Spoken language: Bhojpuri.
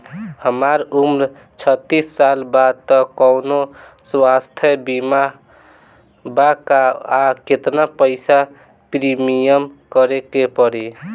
हमार उम्र छत्तिस साल बा त कौनों स्वास्थ्य बीमा बा का आ केतना पईसा प्रीमियम भरे के पड़ी?